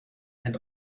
and